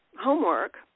homework